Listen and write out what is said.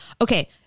okay